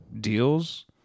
deals